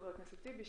חבר הכנסת טיבי,